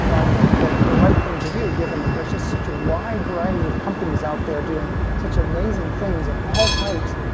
you know i think that the right thing to do given that there's just such a wide variety of companies out there doing such amazing things of all types,